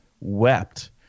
wept